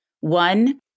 One